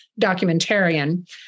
documentarian